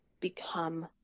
become